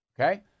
okay